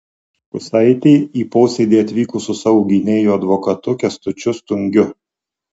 kusaitė į posėdį atvyko su savo gynėju advokatu kęstučiu stungiu